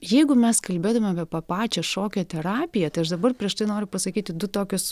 jeigu mes kalbėtumėm apie pačią šokio terapiją tai aš dabar prieš tai noriu pasakyti du tokius